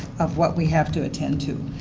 of what we have to attend to.